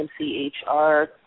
MCHR